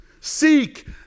seek